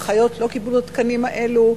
האחיות לא קיבלו את התקנים האלה,